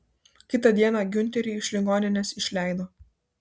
kitą dieną giunterį iš ligoninės išleido